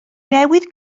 newydd